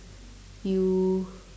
you